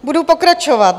Budu pokračovat.